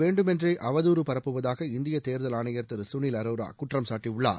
வேண்டுமென்றே அவதூறு பரப்புவதாக தலைமை தேர்தல் ஆணையர் திரு சுனில் அரோரா குற்றம் சாட்டியுள்ளார்